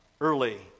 early